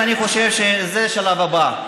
אני חושב שזה השלב הבא,